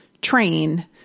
train